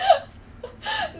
the fitter days